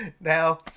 Now